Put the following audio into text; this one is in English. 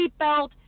seatbelt